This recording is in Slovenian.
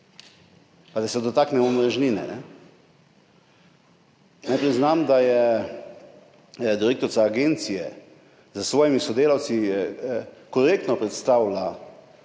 Da se dotaknem omrežnine. Naj priznam, da je direktorica agencije s svojimi sodelavci korektno predstavila